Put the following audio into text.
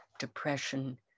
depression